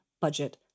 budget